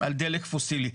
על דלק פוסילי,